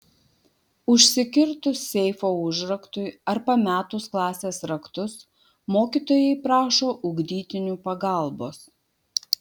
užsikirtus seifo užraktui ar pametus klasės raktus mokytojai prašo ugdytinių pagalbos